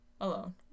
alone